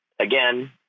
again